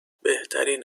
بهترین